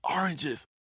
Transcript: oranges